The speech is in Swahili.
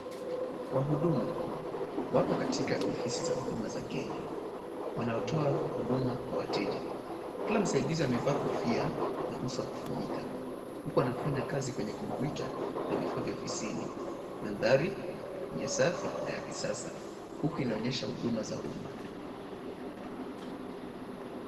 Wahudumu wako katika ofisi za huduma za Kenya. Wanatoa huduma kwa wateja. Kila msaidizi amevaa kofia na uso wa kufunika huku anafanya kazi kwenye computer na vifaa vya ofisini. Mandhari ni ya safi na ya kisasa huku inaonyesha huduma za umma.